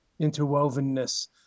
interwovenness